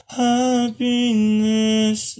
happiness